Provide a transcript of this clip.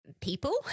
people